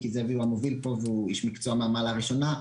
כי זאב הוא המוביל פה והוא איש מקצוע מהמעלה הראשונה,